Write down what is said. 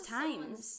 times